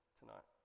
tonight